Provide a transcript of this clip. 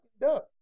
duck